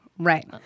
Right